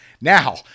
Now